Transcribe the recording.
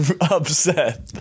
upset